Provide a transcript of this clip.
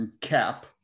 cap